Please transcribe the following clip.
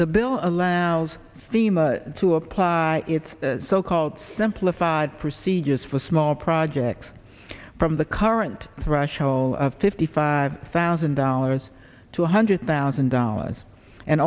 the bill allows thema to apply its so called simplified procedures for small projects from the current threshold of fifty five thousand dollars to one hundred thousand dollars and